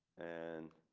and.